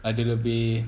ada lebih